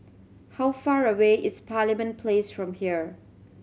how far away is Parliament Place from here